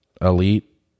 elite